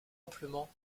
amplement